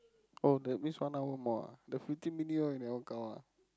oh that means one hour more ah the fifteen minute one you never count ah